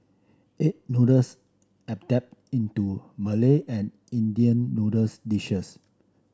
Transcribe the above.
egg noodles adapt into Malay and Indian noodles dishes